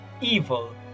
evil